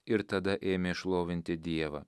ir tada ėmė šlovinti dievą